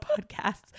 podcasts